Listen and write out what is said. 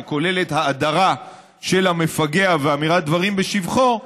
שכוללת האדרה של המפגע ואמירת דברים בשבחו,